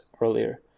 earlier